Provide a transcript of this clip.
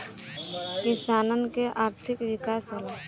किसानन के आर्थिक विकास होला